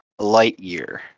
Lightyear